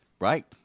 Right